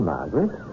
Margaret